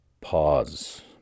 Pause